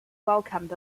welcomed